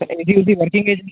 sir ਡਿੱਗੀ ਉਹਦੀ working ਹੈ ਜੀ